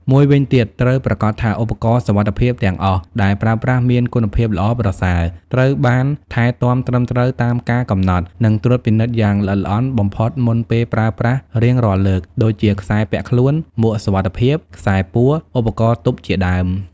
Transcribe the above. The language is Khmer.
មួយវិញទៀត ត្រូវប្រាកដថាឧបករណ៍សុវត្ថិភាពទាំងអស់ដែលប្រើប្រាស់មានគុណភាពល្អប្រសើរ ត្រូវបានថែទាំត្រឹមត្រូវតាមការកំណត់ និងត្រួតពិនិត្យយ៉ាងល្អិតល្អន់បំផុតមុនពេលប្រើប្រាស់រៀងរាល់លើក ដូចជាខ្សែពាក់ខ្លួន មួកសុវត្ថិភាព ខ្សែពួរ ឧបករណ៍ទប់ជាដើម។